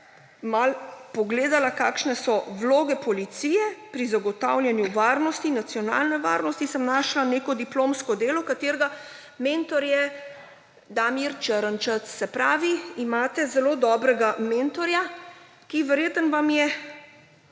malo pogledala, kakšne so vloge policije pri zagotavljanju nacionalne varnosti, sem našla neko diplomsko delo, katerega mentor je Damir Črnčec. Se pravi, imate zelo dobrega mentorja, ki vam je